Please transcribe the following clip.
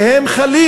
שהם חלים